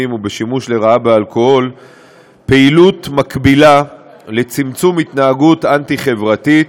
ובשימוש לרעה באלכוהול פעילות מקבילה לצמצום התנהגות אנטי-חברתית,